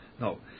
no